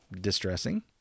distressing